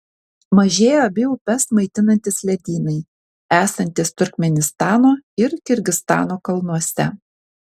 mažėja abi upes maitinantys ledynai esantys turkmėnistano ir kirgizstano kalnuose